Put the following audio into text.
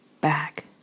Back